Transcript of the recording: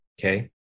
Okay